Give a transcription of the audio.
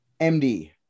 md